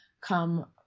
come